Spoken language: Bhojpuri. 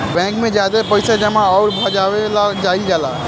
बैंक में ज्यादे पइसा जमा अउर भजावे ला जाईल जाला